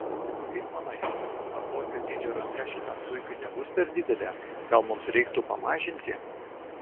kaip manai ar tokio dydžio ranka šitam zuikiui nebus per didelė gal mums reiktų pamažinti